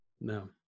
No